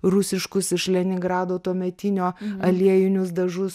rusiškus iš leningrado tuometinio aliejinius dažus